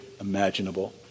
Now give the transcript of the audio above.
imaginable